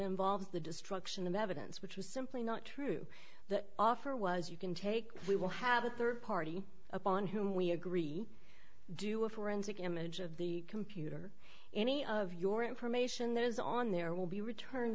involves the destruction of evidence which was simply not true that offer was you can take we will have a third party upon whom we agree do a forensic image of the computer any of your information that is on there will be return